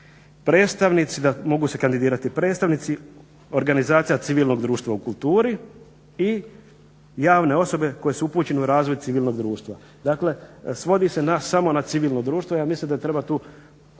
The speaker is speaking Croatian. mogu se kandidirati predstavnici, organizacija civilnog društva u kulturi i javne osobe koje su upućene u razvoj civilnog društva. Dakle, svodi se samo na civilno društvo. Ja mislim da treba tu